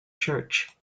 church